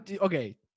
okay